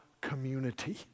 community